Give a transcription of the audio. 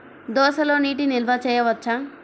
దోసలో నీటి నిల్వ చేయవచ్చా?